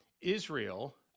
Israel